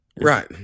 Right